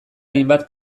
hainbat